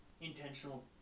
intentional